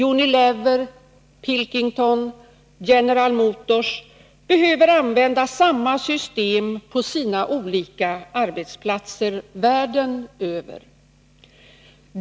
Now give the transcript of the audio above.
Unilever, Pilkington, General Motors behöver använda samma system på sina olika arbetsplatser världen över.